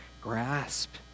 grasp